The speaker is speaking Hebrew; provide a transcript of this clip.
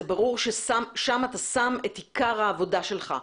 זה ברור ששם אתה שם את עיקר העבודה שלך.